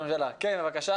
לגמרי.